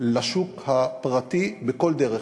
לשוק הפרטי בכל דרך.